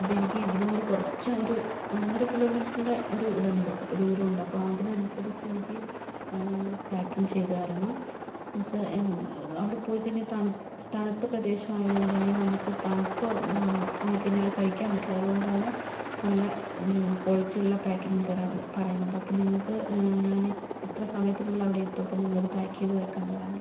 അപ്പോൾ എനിക്ക് ഇവിടുന്നൊരു കുറച്ചു ഒരു ഒന്നൊന്നര കിലോമീറ്ററിന്റെ ഒരു ഇതുണ്ട് അപ്പോൾ ദൂരമുണ്ട് അപ്പോൾ ആ അതിനനുസരിച്ചെനിക്ക് പാക്കിങ്ങ് ചെയ്ത് തരണം എന്നുവെച്ചാൽ എന്ന് അവിടെ പോയിക്കഴിഞ്ഞാൽ തണു തണുത്ത പ്രദേശം ആയതുകൊണ്ട് തന്നെ നമുക്ക് തണുപ്പ് ആയിക്കഴിഞ്ഞാൽ അത് കഴിക്കാന് പറ്റില്ല അതുകൊണ്ടാണ് നല്ല ക്വാളിറ്റി ഉള്ള പാക്കിങ്ങില് തരാന് പറയുന്നത് അപ്പോൾ നിങ്ങൾക്ക് ഞാനീ ഇത്ര സമയത്തിനുള്ളില് അവിടെയെത്തും അപ്പോൾ നിങ്ങളത് പാക്ക് ചെയ്ത് വെക്കേണ്ടതാണ് കേട്ടോ